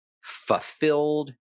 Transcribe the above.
fulfilled